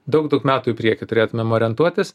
daug daug metų į priekį turėtumėm orientuotis